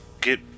get